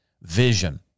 vision